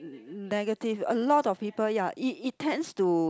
negative a lot of people ya it it tends to